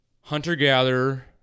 hunter-gatherer